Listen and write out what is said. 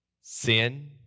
sin